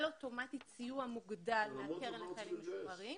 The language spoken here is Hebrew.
אוטומטית סיוע מוגדל מהקרן לחיילים משוחררים